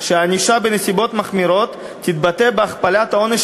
שהענישה בנסיבות מחמירות תתבטא בהכפלת העונש